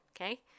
okay